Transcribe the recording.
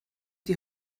die